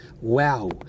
Wow